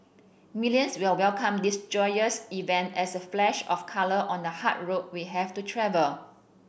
millions will welcome this joyous event as a flash of colour on the hard road we have to travel